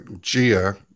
Gia